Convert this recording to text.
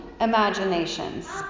imaginations